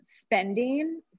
spending